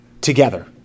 together